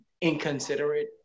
inconsiderate